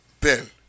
Ben